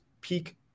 peak